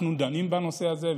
אנחנו דנים בנושא הזה,